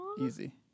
easy